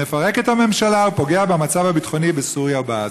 מפרק את הממשלה ופוגע במצב הביטחוני בסוריה ובעזה.